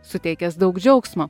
suteikęs daug džiaugsmo